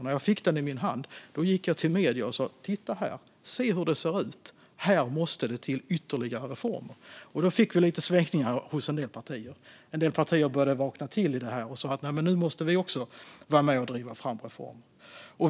När jag fick den i min hand gick jag till medierna och sa: Titta här! Se hur det ser ut! Här måste det till ytterligare reformer. Då fick vi lite svängningar hos en del partier. En del partier började vakna till och sa: Nu måste vi också vara med och driva fram reformer.